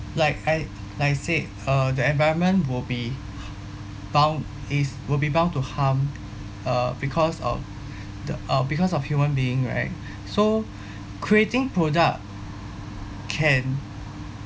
like I like I said uh the environment will be bound is will be bound to harm uh because of the uh because of human being right so creating product can